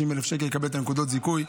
60,000 שקל יקבל את נקודות הזיכוי.